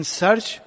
search